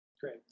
Great